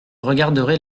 regarderai